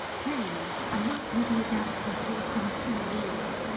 plays, i worked with the adapter for some two years.